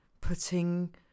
putting